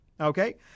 Okay